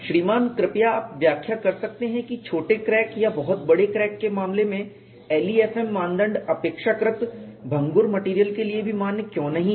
श्रीमान कृपया आप व्याख्या कर सकते हैं कि छोटे क्रैक या बहुत बड़े क्रैक के मामले में LEFM मानदंड अपेक्षाकृत भंगुर मेटेरियल के लिए भी मान्य क्यों नहीं हैं